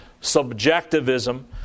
subjectivism